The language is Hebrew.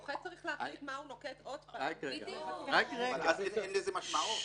הזוכה צריך להחליט מה הוא נוקט --- אין לזה משמעות.